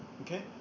Okay